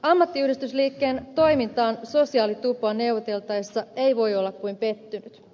ammattiyhdistysliikkeen toimintaan sosiaalitupoa neuvoteltaessa ei voi olla kuin pettynyt